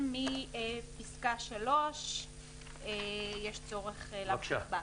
מפסקה 3 יש צורך להמשיך בהקראה.